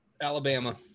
Alabama